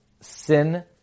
sin